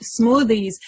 smoothies